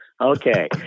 Okay